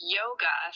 yoga